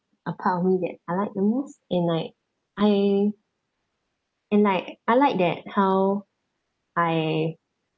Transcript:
a part of me that I like the most and like I and like I like that how I